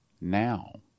Now